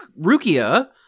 Rukia